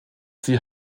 sie